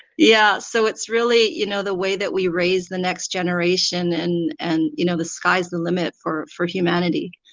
yeah, so it's really you know the way that we raise the next generation and and you know the sky's the limit for for humanity.